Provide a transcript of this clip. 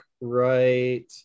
right